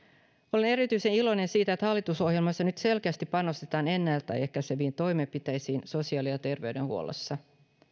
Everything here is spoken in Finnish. olen erityisen iloinen siitä että hallitusohjelmassa nyt selkeästi panostetaan ennaltaehkäiseviin toimenpiteisiin sosiaali ja terveydenhuollossa